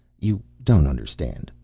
you don't understand.